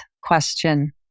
question